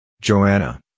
joanna